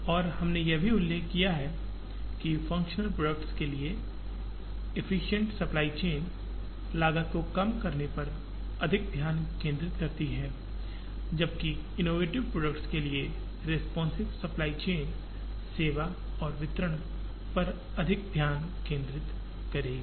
और हमने यह भी उल्लेख किया है कि फंक्शनल प्रोडक्ट्स के लिए एफ्फिसिएंट सप्लाई चेन लागत को कम करने पर अधिक ध्यान केंद्रित करती है जबकि इनोवेटिव प्रोडक्ट्स के लिए रेस्पॉन्सिव सप्लाई चेन सेवा और वितरण पर अधिक ध्यान केंद्रित करेगी